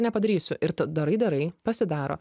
nepadarysiu ir tu darai darai pasidaro